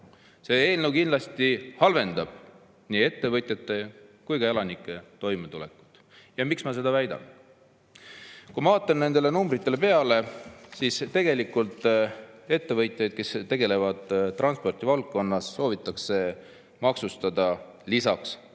See eelnõu kindlasti halvendab nii ettevõtjate kui ka elanike toimetulekut. Ja miks ma seda väidan? Kui ma vaatan nendele numbritele peale, siis tegelikult ettevõtjaid, kes tegutsevad transpordivaldkonnas, soovitakse maksustada lisaks